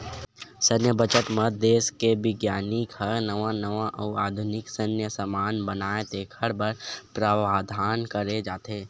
सैन्य बजट म देस के बिग्यानिक ह नवा नवा अउ आधुनिक सैन्य समान बनाए तेखर बर प्रावधान करे जाथे